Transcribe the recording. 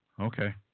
Okay